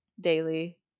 daily